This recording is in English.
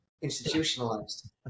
institutionalized